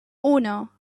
uno